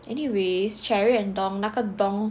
anyways sherry and dong 那个 dong